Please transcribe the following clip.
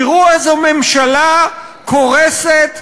תראו איזו ממשלה קורסת,